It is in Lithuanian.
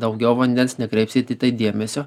daugiau vandens nekreipsit į tai dėmesio